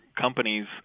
companies